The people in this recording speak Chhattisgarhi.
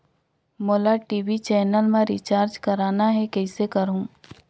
मोला टी.वी चैनल मा रिचार्ज करना हे, कइसे करहुँ?